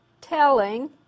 Telling